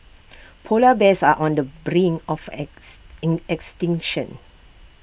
Polar Bears are on the brink of ex in extinction